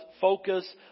focus